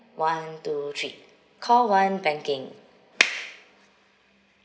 one two three call one banking